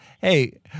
hey